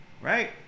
right